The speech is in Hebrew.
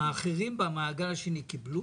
האחרים במעגל השני קיבלו?